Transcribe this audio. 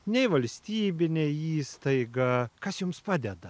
ne valstybinė įstaiga kas jums padeda